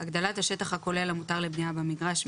הגדלת השטח הכולל המותר לבנייה במגרש,